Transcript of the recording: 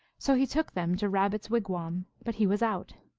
so he took them to rabbit s wigwam but he was out,